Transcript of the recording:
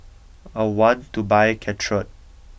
I want to buy Caltrate